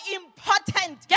important